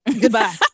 Goodbye